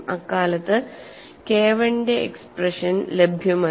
അക്കാലത്ത് K I യുടെ expression ലഭ്യമല്ല